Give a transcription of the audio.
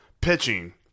pitching